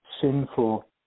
sinful